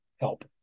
help